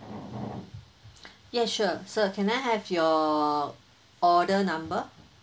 ya sure sir can I have your order number